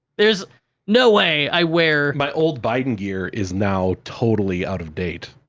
there's no way i wear my old biden gear is now totally out of date.